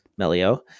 Melio